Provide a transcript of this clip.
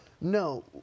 No